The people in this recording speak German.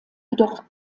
jedoch